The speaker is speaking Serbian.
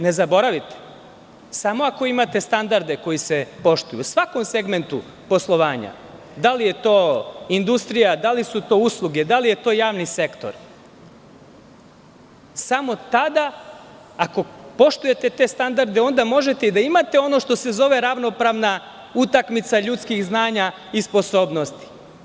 Ne zaboravite samo ako imate standarde koji se poštuju, u svakom segmentu poslovanja, da li je to industrija, da li su to usluge, da li je to javni sektor, samo tada ako poštujete te standarde onda možete i da imate ono što se zove ravnopravna utakmica ljudskih znanja i sposobnosti.